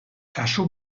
kasu